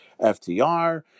ftr